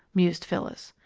mused phyllis.